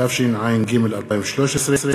התשע"ג